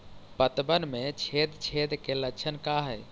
पतबन में छेद छेद के लक्षण का हइ?